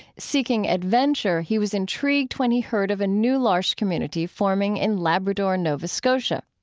seeking adventure, he was intrigued when he heard of a new l'arche community forming in labrador, nova scotia.